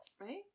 right